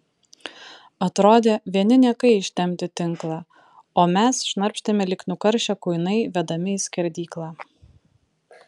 atrodė vieni niekai ištempti tinklą o mes šnarpštėme lyg nukaršę kuinai vedami į skerdyklą